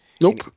Nope